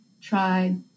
tried